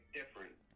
different